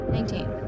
Nineteen